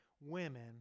women